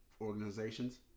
organizations